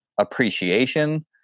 appreciation